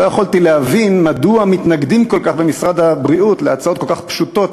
לא יכולתי להבין מדוע מתנגדים כל כך במשרד הבריאות להצעות כל כך פשוטות,